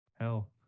hell